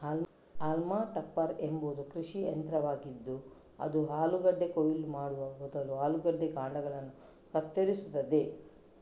haulm topper ಎಂಬುದು ಕೃಷಿ ಯಂತ್ರವಾಗಿದ್ದು ಅದು ಆಲೂಗಡ್ಡೆ ಕೊಯ್ಲು ಮಾಡುವ ಮೊದಲು ಆಲೂಗಡ್ಡೆ ಕಾಂಡಗಳನ್ನು ಕತ್ತರಿಸುತ್ತದೆ